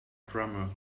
drummer